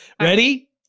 Ready